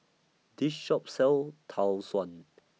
This Shop sells Tau Suan